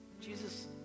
Jesus